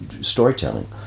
storytelling